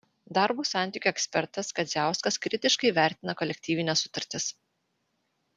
darbo santykių ekspertas kadziauskas kritiškai vertina kolektyvines sutartis